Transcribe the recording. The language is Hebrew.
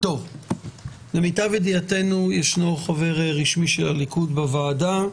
למיטב ידיעתנו יש חבר רשמי של הליכוד בוועדה.